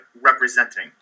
representing